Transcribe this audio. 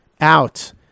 out